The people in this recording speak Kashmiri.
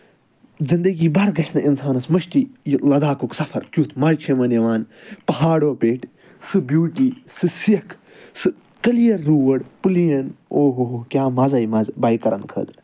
زِندگی بھر گژھِ نہٕ اِنسانَس مٔشتٕے یہِ لَداخُک صفر کیُتھ مزٕ چھُ یِمَن یِوان پَہاڑَو پیٚٹھۍ سُہ بیوٗٹی سُہ سِکھ سُہ کٕلیَر روڈ پٕلین اوہ ہو ہو کیاہ مَزَے مَزٕ بایکَرَن خٲطرٕ